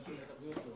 אבל התאבדויות לא.